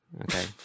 okay